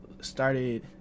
started